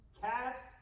Cast